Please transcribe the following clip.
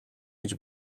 гэж